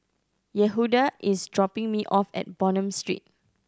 Yehuda is dropping me off at Bonham Street